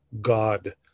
God